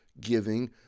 giving